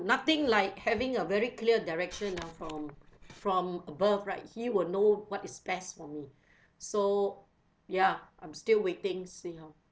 nothing like having a very clear direction ah from from above right he will know what is best for me so ya I'm still waiting see how